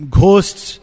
ghosts